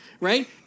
Right